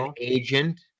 agent